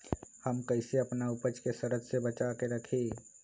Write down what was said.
हम कईसे अपना उपज के सरद से बचा के रखी?